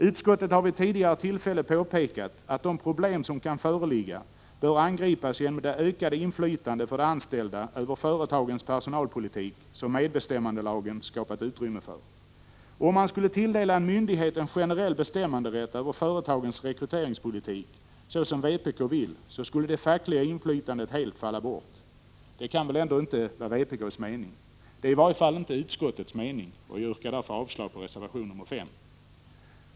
Utskottet har vid tidigare tillfälle påpekat att de problem som kan föreligga bör angripas genom det ökade inflytande för de anställda över företagens personalpolitik som medbestämmandelagen skapat utrymme för. Om man skulle tilldela en myndighet en generell bestämmanderätt över företagens rekryteringspolitik såsom vpk vill, skulle det fackliga inflytandet helt falla bort. Detta kan väl inte vara vpk:s mening. Det är i varje fall inte utskottets. Jag yrkar därför avslag på reservation 5.